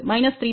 2 D